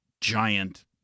giant